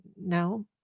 no